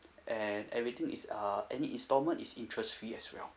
and everything is uh any installment is interest free as well